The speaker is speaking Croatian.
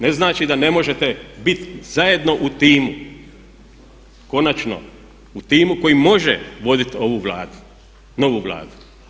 Ne znači da ne možete bit zajedno u timu, konačno u timu koji može vodit ovu Vladu, novu Vladu.